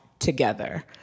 together